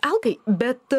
alkai bet